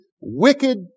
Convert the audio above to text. wicked